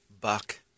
Buck